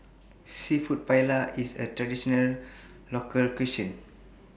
Seafood Paella IS A Traditional Local Cuisine